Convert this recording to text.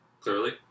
clearly